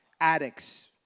addicts